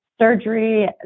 surgery